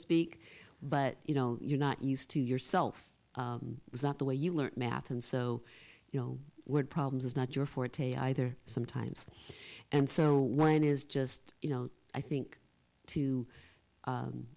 speak but you know you're not used to yourself is not the way you learn math and so you know what problems is not your forte either sometimes and so when is just you know i think to